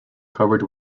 covered